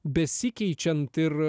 besikeičiant ir